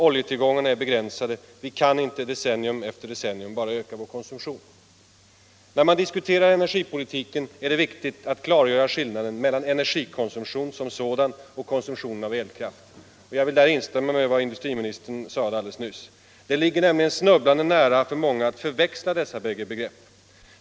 Oljetillgångarna är begränsade. Vi kan inte decennium efter decennium bara öka vår konsumtion. När man diskuterar energipolitiken är det viktigt att klargöra skillnaden mellan energikonsumtionen som sådan och konsumtionen av elkraft. Jag vill därvidlag instämma i vad industriministern sade alldeles nyss. Det ligger nämligen snubblande nära att förväxla dessa bägge begrepp.